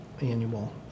annual